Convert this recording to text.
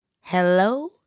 Hello